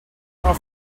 are